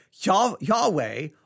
Yahweh